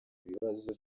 ibibazo